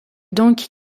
donc